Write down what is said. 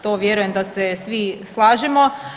To vjerujem da se svi slažemo.